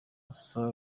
solly